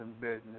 business